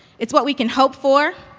it's what we can hope for,